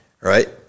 right